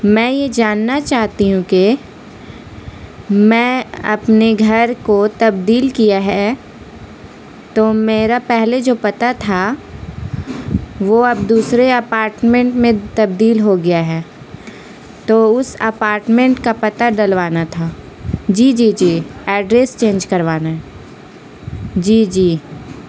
میں یہ جاننا چاہتی ہوں کہ میں اپنے گھر کو تبدیل کیا ہے تو میرا پہلے جو پتہ تھا وہ اب دوسرے اپارٹمنٹ میں تبدیل ہو گیا ہے تو اس اپارٹمنٹ کا پتہ ڈلوانا تھا جی جی جی ایڈریس چینج کروانا ہے جی جی